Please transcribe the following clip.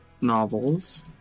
novels